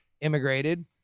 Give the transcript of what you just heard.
immigrated